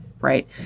right